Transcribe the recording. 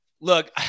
Look